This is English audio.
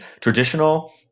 traditional